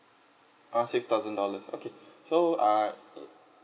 around six thousand dollars okay so err uh